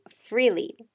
freely